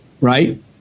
Right